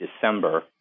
December